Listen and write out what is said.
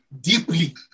Deeply